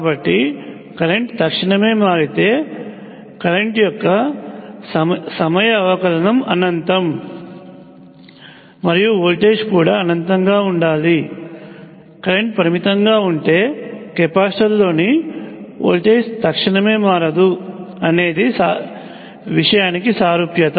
కాబట్టి కరెంట్ తక్షణమే మారితే కరెంట్ యొక్క సమయ అవకలనం అనంతం మరియు వోల్టేజ్ కూడా అనంతంగా ఉండాలి కరెంట్ పరిమితంగా ఉంటే కెపాసిటర్లోని వోల్టేజ్ తక్షణమే మారదు అనే విషయానికి సారూప్యత